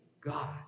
God